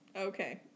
Okay